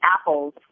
apples